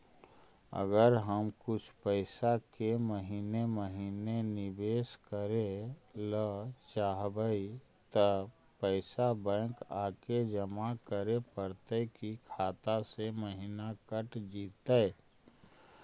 अगर हम कुछ पैसा के महिने महिने निबेस करे ल चाहबइ तब पैसा बैक आके जमा करे पड़तै कि खाता से महिना कट जितै?